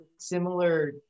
similar